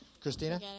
Christina